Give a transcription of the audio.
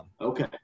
Okay